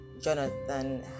Jonathan